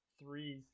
three